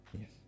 Yes